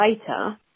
later